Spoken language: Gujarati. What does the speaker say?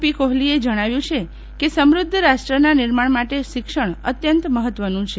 પી કોહલીએ જણાવ્યું છે કે સમૃદ્ધ રાષ્ટ્રના નિર્માણ માટે શિક્ષણ અત્યંત મહત્વનું છે